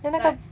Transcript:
then 那个